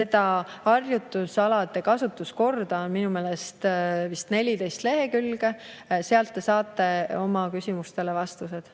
Seda harjutusala kasutuskorda on minu meelest vist 14 lehekülge. Sealt te saate oma küsimustele vastused.